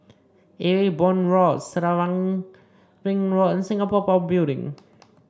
Ewe Boon Road Selarang Ring Road and Singapore Power Building